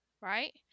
right